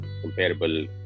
comparable